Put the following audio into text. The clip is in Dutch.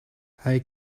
hij